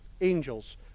angels